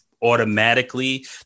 automatically